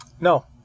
No